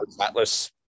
Atlas